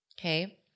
Okay